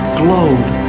glowed